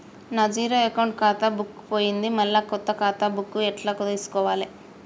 నా zero account ఖాతా book పోయింది మళ్ళా కొత్త ఖాతా బుక్కు ఎట్ల తీసుకోవాలే?